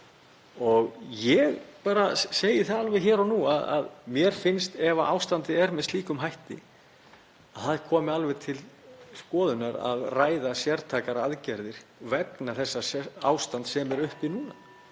Ég bara segi það alveg hér og nú að ef ástandið er með slíkum hætti þá finnst mér það koma alveg til skoðunar að ræða sértækar aðgerðir vegna þess ástands sem er uppi núna.